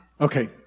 Okay